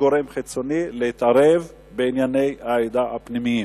גורם חיצוני להתערב בענייני העדה הפנימיים.